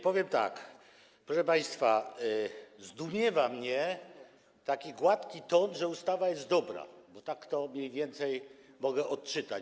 Powiem tak, proszę państwa: Zdumiewa mnie taki gładki ton, że ustawa jest dobra, bo tak to mniej więcej mogę odczytać.